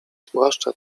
zwłaszcza